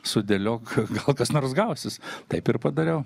sudėliok gal kas nors gausis taip ir padariau